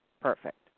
perfect